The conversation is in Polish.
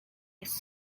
jest